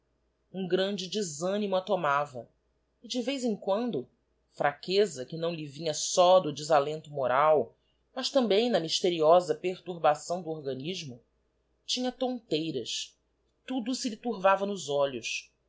um grande desanimo a tomava e de vez em quando fraqueza que não lhe vinha só do desalento moral mas também da mysteriosa perturbação do organismo tinha tonteiras e tudo se lhe turs ava nos olhos